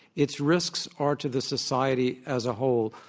its risks are to the society as a whole